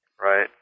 Right